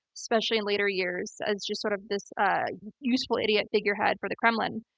especially in later years, as just sort of this useful idiot figurehead for the kremlin.